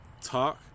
talk